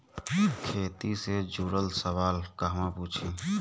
खेती से जुड़ल सवाल कहवा पूछी?